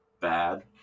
bad